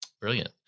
Brilliant